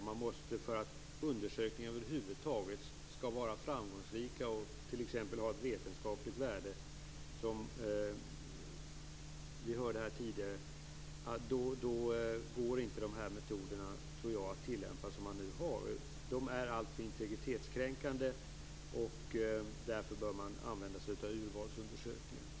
Om undersökningarna över huvud taget skall vara framgångsrika och ha ett vetenskapligt värde går det inte att tillämpa de metoder som man nu gör. De är alltför integritetskränkande. Därför bör man använda sig av urvalsundersökningar.